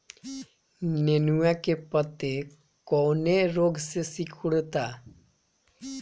नेनुआ के पत्ते कौने रोग से सिकुड़ता?